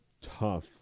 tough